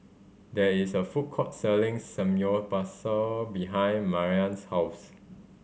there is a food court selling Samgyeopsal behind Maryann's house